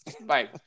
Bye